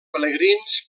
pelegrins